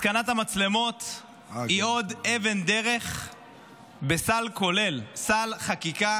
התקנת המצלמות היא עוד אבן דרך בסל חקיקה